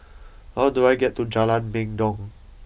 how do I get to Jalan Mendong